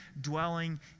dwelling